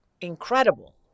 incredible